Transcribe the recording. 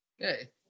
Okay